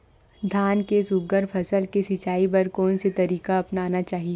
धान के सुघ्घर फसल के सिचाई बर कोन से तरीका अपनाना चाहि?